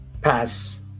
pass